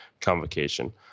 convocation